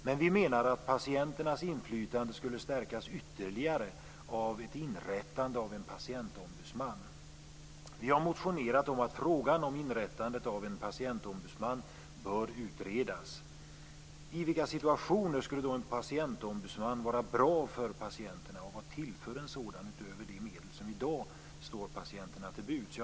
Men vi menar att patienternas inflytande skulle stärkas ytterligare av ett inrättande av en patientombudsman. Vi har motionerat om att frågan om ett inrättande av en patientombudsman bör utredas. I vilka situationer skulle en patientombudsman vara bra för patienterna? Vad tillför en sådan utöver de medel som i dag står patienterna till buds?